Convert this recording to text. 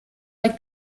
like